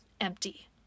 Empty